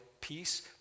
peace